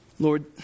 Lord